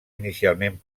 inicialment